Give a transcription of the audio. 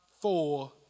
four